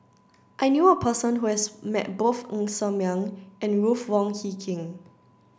I knew a person who has met both Ng Ser Miang and Ruth Wong Hie King